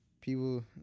people